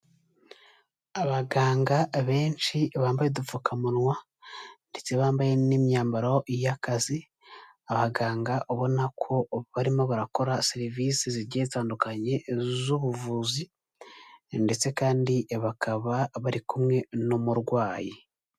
Abaganga benshi, bambaye udupfukamunwa ndetse bambaye n'imyambaro y'akazi, abaganga ubona ko barimo barakora serivisi zigiye zitandukanye z'ubuvuzi, ndetse kandi bakaba bari kumwe n'umurwayi.